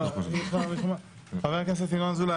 בשימוש בסכומים לצורך התמודדות עם משבר